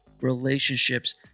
relationships